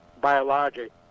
biologic